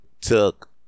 took